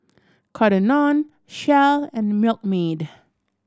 Cotton On Shell and Milkmaid